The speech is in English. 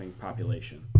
population